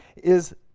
is